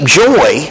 joy